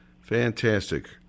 Fantastic